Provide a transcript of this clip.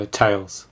tails